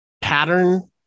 pattern